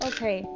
Okay